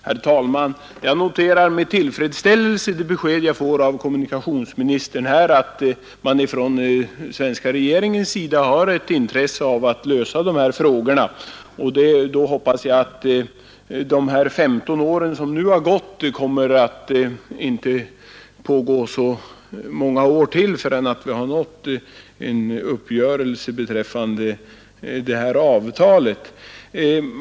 Herr talman! Jag noterar med tillfredsställelse kommunikationsministerns besked till mig att den svenska regeringen har ett intresse av att lösa dessa frågor. Jag hoppas då att det efter de 15 år som nu har gått inte kommer att dröja så många år ytterligare innan bestämmelserna utformas i enlighet med det ingångna avtalet.